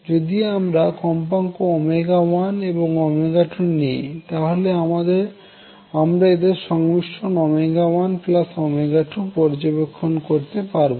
যদি আমরা কম্পাঙ্ক 1এবং 2 নিই তাহলে আমরা এদের সংমিশ্রন 1 2 পর্যবেক্ষণ করতে পারবো না